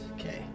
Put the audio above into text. Okay